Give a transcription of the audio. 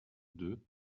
deux